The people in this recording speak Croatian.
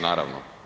Naravno.